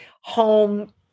home